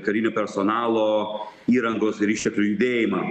karinio personalo įrangos ir išteklių judėjimą